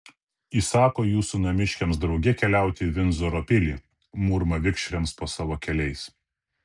įsako jūsų namiškiams drauge keliauti į vindzoro pilį murma vikšriams po savo keliais